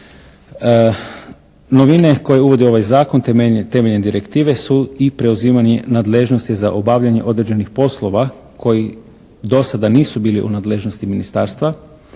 Novine koje uvodi ovaj zakon temeljem direktive su i preuzimanje nadležnosti za obavljanje određenih poslova koji do sada nisu bili u nadležnosti ministarstva